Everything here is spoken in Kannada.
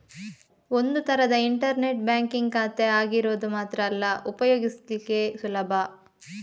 ಒಂದು ತರದ ಇಂಟರ್ನೆಟ್ ಬ್ಯಾಂಕಿಂಗ್ ಖಾತೆ ಆಗಿರೋದು ಮಾತ್ರ ಅಲ್ಲ ಉಪಯೋಗಿಸ್ಲಿಕ್ಕೆ ಸುಲಭ